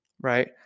right